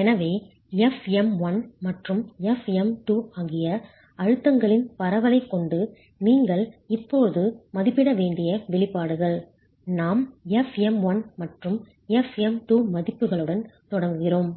எனவே fm1 மற்றும் fm2 ஆகிய அழுத்தங்களின் பரவலைக் கொண்டு நீங்கள் இப்போது மதிப்பிட வேண்டிய வெளிப்பாடுகள் நாம் fm1 மற்றும் fm2 மதிப்புகளுடன் தொடங்குகிறோம்